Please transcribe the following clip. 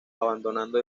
abandonando